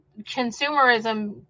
consumerism